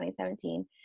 2017